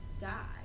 die